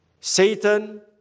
Satan